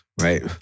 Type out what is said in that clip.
right